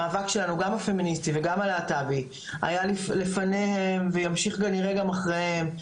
המאבק שלנו גם הפמיניסטי וגם הלהט"ב היה לפניהם וימשיך כנראה גם אחריהם,